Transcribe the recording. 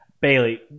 Bailey